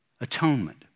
atonement